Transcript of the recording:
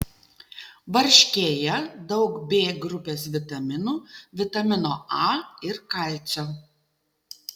varškėje daug b grupės vitaminų vitamino a ir kalcio